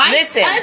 Listen